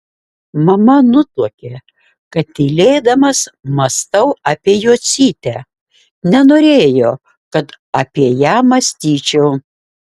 mama nutuokė kad tylėdamas mąstau apie jocytę nenorėjo kad apie ją mąstyčiau